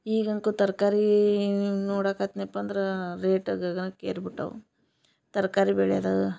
ಈಗ ಅಂತು ತರಕಾರಿ ನೋಡಕತ್ನೆಪ್ಪ ಅಂದರ ರೇಟ ಗಗನಕ್ಕೆ ಏರಿ ಬಿಟ್ಟಾವು ತರಕಾರಿ ಬೆಳಿಯದ